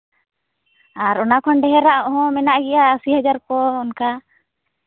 ᱟᱨ ᱚᱱᱟ ᱠᱷᱚᱱ ᱰᱷᱮᱨᱟᱜ ᱦᱚᱸ ᱢᱮᱱᱟᱜ ᱜᱮᱭᱟ ᱟᱹᱥᱤ ᱦᱟᱡᱟᱨ ᱠᱚ ᱚᱱᱠᱟ